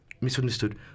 Misunderstood